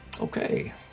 Okay